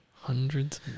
hundreds